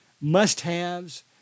must-haves